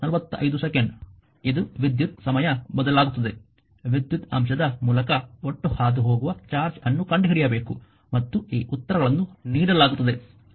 ಇದು ವಿದ್ಯುತ್ ಸಮಯ ಬದಲಾಗುತ್ತದೆ ವಿದ್ಯುತ್ ಅಂಶದ ಮೂಲಕ ಒಟ್ಟು ಹಾದುಹೋಗುವ ಚಾರ್ಜ್ ಅನ್ನು ಕಂಡುಹಿಡಿಯಬೇಕು ಮತ್ತು ಈ ಉತ್ತರಗಳನ್ನು ನೀಡಲಾಗುತ್ತದೆ